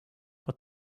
but